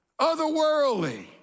otherworldly